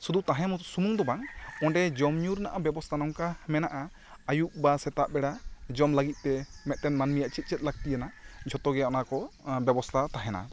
ᱥᱩᱫᱩ ᱛᱟᱦᱮᱱ ᱥᱩᱢᱩᱝ ᱫᱚ ᱵᱟᱝ ᱚᱸᱰᱮ ᱡᱚᱢ ᱧᱩ ᱨᱮᱱᱟᱜ ᱵᱮᱵᱚᱥᱛᱷᱟ ᱱᱚᱝᱠᱟ ᱢᱮᱱᱟᱜᱼᱟ ᱟᱹᱭᱩᱵ ᱵᱟ ᱥᱮᱛᱟᱜ ᱵᱮᱲᱟ ᱡᱚᱢ ᱞᱟᱹᱜᱤᱫ ᱛᱮ ᱢᱤᱫᱴᱟᱝ ᱢᱟᱹᱱᱢᱤᱭᱟᱜ ᱪᱮᱫ ᱪᱮᱫ ᱞᱟᱹᱠᱛᱤᱭᱟᱱᱟᱜ ᱡᱷᱚᱛᱚ ᱜᱮ ᱚᱱᱟ ᱠᱚ ᱵᱮᱵᱚᱥᱛᱷᱟ ᱛᱟᱦᱮᱱᱟ